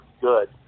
good